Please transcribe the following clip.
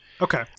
Okay